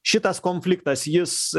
šitas konfliktas jis